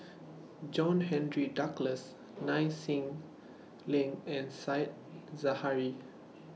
John Henry Duclos Nai Swee Leng and Said Zahari